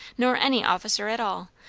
nor any officer at all,